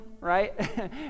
right